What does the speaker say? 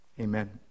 Amen